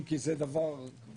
אם כי זה דבר זמני.